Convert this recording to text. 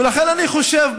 ולכן אני חושב,